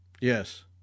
Yes